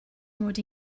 mod